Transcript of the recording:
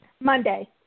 monday